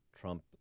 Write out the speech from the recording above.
Trump